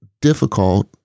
difficult